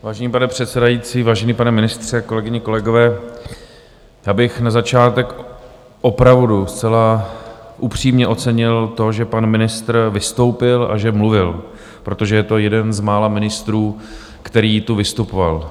Vážený pane předsedající, vážený pane ministře, kolegyně, kolegové, já bych na začátek opravdu zcela upřímně ocenil to, že pan ministr vystoupil a že mluvil, protože je to jeden z mála ministrů, který tu vystupoval.